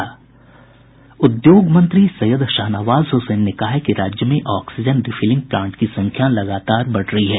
उद्योग मंत्री सैयद शाहनवाज हुसैन ने कहा है कि राज्य में ऑक्सीजन रिफिलिंग प्लांट की संख्या लगातार बढ़ रही है